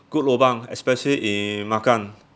good lobang especially in makan